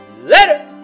Later